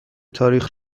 تاریخ